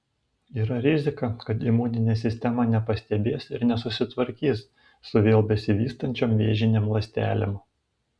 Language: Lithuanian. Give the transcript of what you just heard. yra rizika kad imuninė sistema nepastebės ir nesusitvarkys su vėl besivystančiom vėžinėm ląstelėm